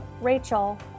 Rachel